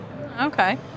Okay